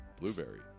Blueberry